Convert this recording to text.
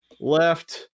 left